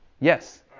Yes